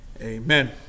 amen